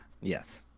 Yes